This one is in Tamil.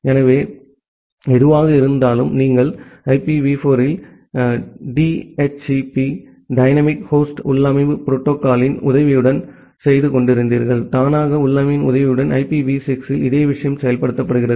எனவே எதுவாக இருந்தாலும் நீங்கள் ஐபிவி 4 இல் டிஹெச்சிபி டைனமிக் ஹோஸ்ட் உள்ளமைவு புரோட்டோகால்யின் உதவியுடன் செய்து கொண்டிருந்தீர்கள் தானாக உள்ளமைவின் உதவியுடன் IPv6 இல் இதே விஷயம் செயல்படுத்தப்படுகிறது